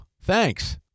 thanks